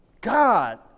God